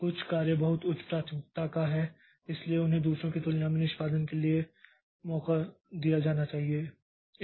कुछ कार्य बहुत उच्च प्राथमिकता हैं इसलिए उन्हें दूसरों की तुलना में निष्पादन के लिए मौका दिया जाना चाहिए